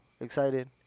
excited